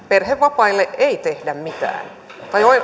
perhevapaille ei tehdä mitään tai